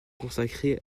consacrer